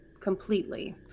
completely